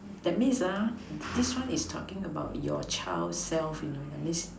that means ah this one is talking about your child self you know that means